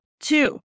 Two